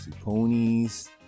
ponies